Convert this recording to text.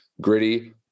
gritty